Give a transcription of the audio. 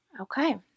Okay